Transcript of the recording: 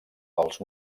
pels